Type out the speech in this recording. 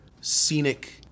scenic